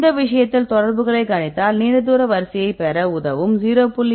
இந்த விஷயத்தில் தொடர்புகளை கணித்தால் நீண்ட தூர வரிசையைப் பெற உதவும் 0